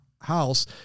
house